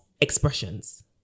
expressions